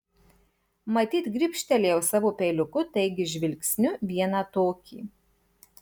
matyt gribštelėjau savo peiliuku taigi žvilgsniu vieną tokį